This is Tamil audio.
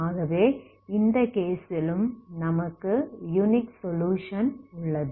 ஆகவே இந்த கேஸிலும் நமக்கு யுனிக் சொலுயுஷன் உள்ளது